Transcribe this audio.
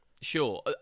Sure